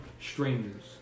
strangers